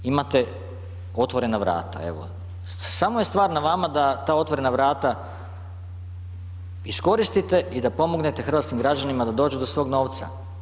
Imate otvorena vrata, evo, samo je stvar na vama da ta otvorena vrata iskoristite i da pomognete hrvatskim građanima da dođu do svog novca.